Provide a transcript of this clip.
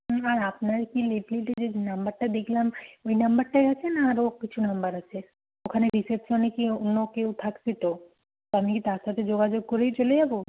হুম আর আপনার কি নাম্বারটা দেখলাম ওই নাম্বারটাই আছে না আরও কিছু নাম্বার আছে ওখানে রিসেপশানে কি অন্য কেউ থাকছে তো তো আমি কি তার সাথে যোগাযোগ করেই চলে যাব